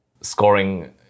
scoring